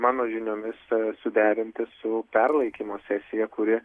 mano žiniomis suderinti su perlaikymo sesija kuri